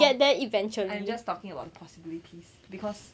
no I'm just talking about the possibilities because